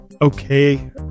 okay